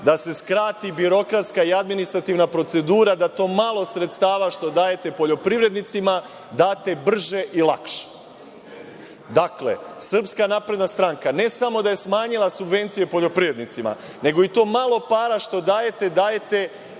da se skrati birokratska i administrativna procedura, da to malo sredstava što dajete poljoprivrednicima date brže i lakše. Dakle, SNS ne samo da je smanjila subvencije poljoprivrednicima, nego i to malo para što dajete, dajete